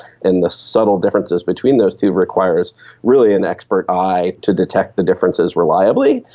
and the subtle differences between those two requires really an expert eye to detect the differences reliably.